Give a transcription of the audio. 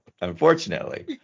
unfortunately